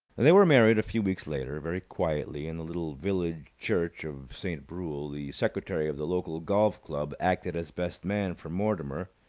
they were married a few weeks later, very quietly, in the little village church of saint brule. the secretary of the local golf-club acted as best man for mortimer,